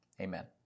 Amen